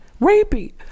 rapey